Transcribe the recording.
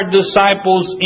disciples